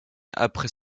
après